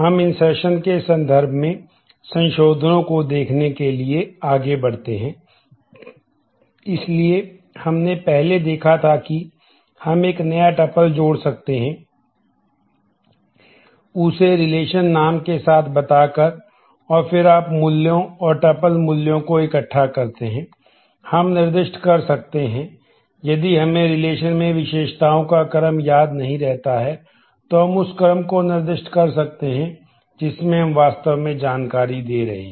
हम इनसरशन में विशेषताओं का क्रम याद नहीं रहता हैं तो हम उस क्रम को निर्दिष्ट कर सकते हैं जिसमें हम वास्तव में जानकारी दे रहे हैं